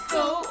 go